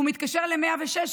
הוא מתקשר ל-106,